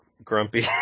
grumpy